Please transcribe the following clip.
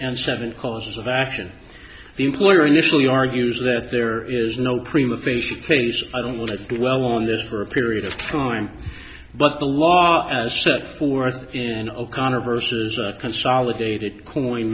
and seventh cause of action the employer initially argues that there is no prima facia case i don't like it well on this for a period of time but the law as set forth in o'connor versus consolidated coin